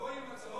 לבוא עם הצעות